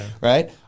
right